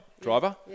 driver